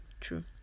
true